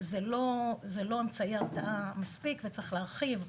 אבל זה לא אמצעי התראה מספק, וצריך להרחיב אותו.